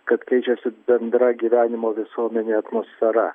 kad keičiasi bendra gyvenimo visuomenėje atmosfera